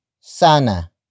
Sana